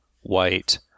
White